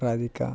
Radhika